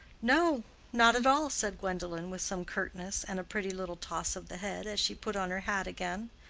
no not at all, said gwendolen, with some curtness, and a pretty little toss of the head as she put on her hat again.